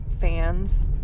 fans